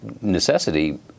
necessity